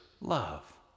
love